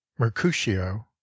Mercutio